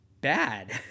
bad